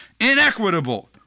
inequitable